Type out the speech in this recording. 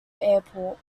airport